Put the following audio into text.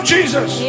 Jesus